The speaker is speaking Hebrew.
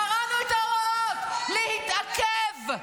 קראנו את ההוראות: להתעכב,